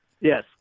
Yes